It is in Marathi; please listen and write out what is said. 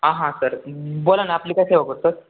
हां हां सर बोला ना आपली काय सेवा करू सर